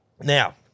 Now